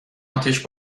اتیش